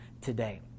today